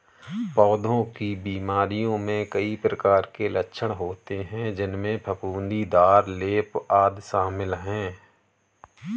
पौधों की बीमारियों में कई प्रकार के लक्षण होते हैं, जिनमें फफूंदीदार लेप, आदि शामिल हैं